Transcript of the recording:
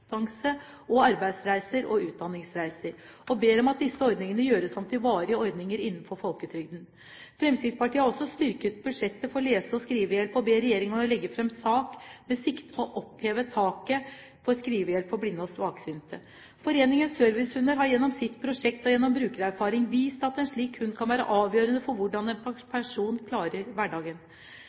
arbeidsreiser og utdanningsreiser, og ber om at disse ordningene gjøres om til varige ordninger innenfor folketrygden. Fremskrittspartiet har også styrket budsjettet for lese- og skrivehjelp og ber regjeringen om å legge fram sak med sikte på å oppheve taket for skrivehjelp for blinde og svaksynte. Foreningen Servicehund har gjennom sitt prosjekt og gjennom brukererfaringer vist at en slik hund kan være avgjørende for hvordan en person klarer hverdagen.